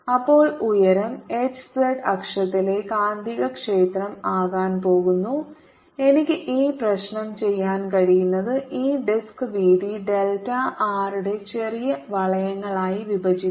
അപ്പോൾ ഉയരം h z അക്ഷത്തിലെ കാന്തികക്ഷേത്രം ആകാൻ പോകുന്നു എനിക്ക് ഈ പ്രശ്നം ചെയ്യാൻ കഴിയുന്നത് ഈ ഡിസ്ക് വീതി ഡെൽറ്റ r യുടെ ചെറിയ വളയങ്ങളായി വിഭജിക്കുക